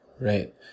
right